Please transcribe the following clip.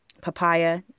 Papaya